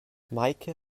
meike